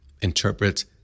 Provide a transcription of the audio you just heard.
interpret